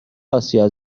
آسیا